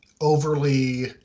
overly